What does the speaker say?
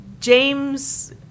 James